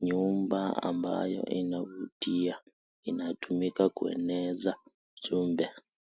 nyumba ambayo inavutia, inatumika kueneza ujumbe.